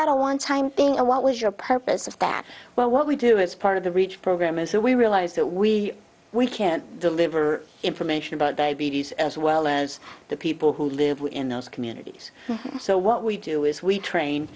a one time thing or what was your purpose of that well what we do as part of the reach program is that we realize that we we can deliver information about diabetes as well as the people who live within those communities so what we do is we train